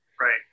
Right